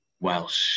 Welsh